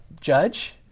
judge